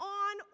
on